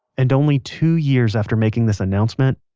and only two years after making this announcement,